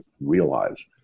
realize